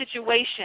situation